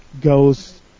goes